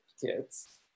kids